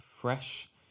fresh